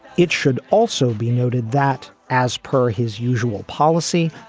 it should also be noted that, as per his usual policy,